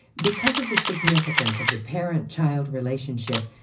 because of the significance of the parent-child relationship,